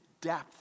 depth